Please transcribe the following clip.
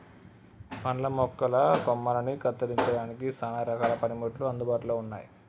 పండ్ల మొక్కల కొమ్మలని కత్తిరించడానికి సానా రకాల పనిముట్లు అందుబాటులో ఉన్నాయి